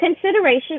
Consideration